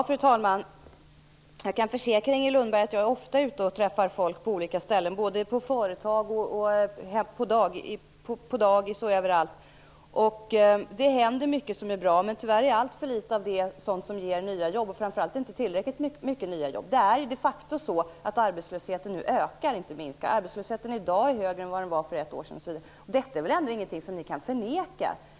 Fru talman! Jag kan försäkra Inger Lundberg att jag ofta träffar folk på olika ställen, på företag, på dagis och överallt. Det händer mycket som är bra, men tyvärr är allt för litet av det sådant som ger nya jobb. Framför allt ger det inte tillräckligt mycket nya jobb. Det är de facto så att arbetslösheten nu ökar, inte minskar. Arbetslösheten är i dag högre än vad den var för ett år sedan. Detta kan ni väl ändå inte förneka?